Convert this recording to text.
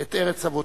את ארץ אבותיו.